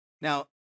Now